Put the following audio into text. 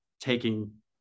taking